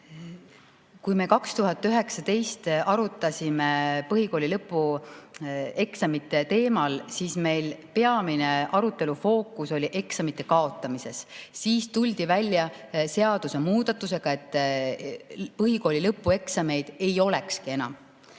Kui me 2019 arutasime põhikooli lõpueksamite teemal, siis peamine arutelu fookus oli eksamite kaotamisel ja tuldi välja seadusemuudatusega, et põhikooli lõpueksameid ei olekski enam.